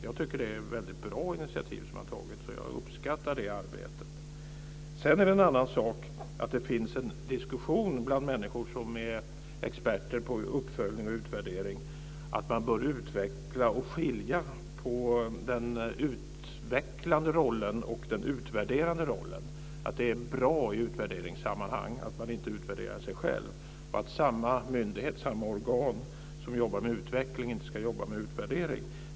Jag tycker att det är ett väldigt bra initiativ som har tagits, och jag uppskattar det arbetet. Sedan är det en annan sak att det förs en diskussion bland människor som är experter på uppföljning och utvärdering om att man bör skilja mellan den utvecklande rollen och den utvärderande rollen. Det är bra i utvärderingssammanhang att man inte utvärderar sig själv och att samma organ som jobbar med utveckling inte ska jobba med utvärdering.